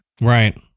right